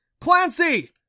Clancy